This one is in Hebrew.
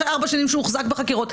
אחרי ארבע שנים שהוא הוחזק בחקירות.